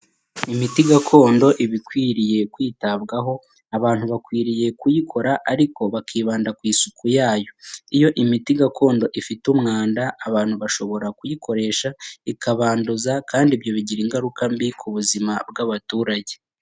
Imiti gakondo iba ikwiriye kwitabwaho, abantu bakwiriye kuyikora ariko bakibanda ku isuku yayo, iyo imiti gakondo ifite umwanda abantu bashobora kuyikoresha ikabanduza kandi ibyo bigira ingaruka mbi ku buzima bw'abaturage.